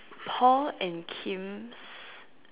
Paul and Kim's